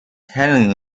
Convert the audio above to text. handling